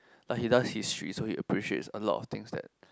he does history so he appreciates a lot of things that